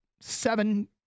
seven